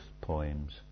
poems